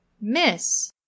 miss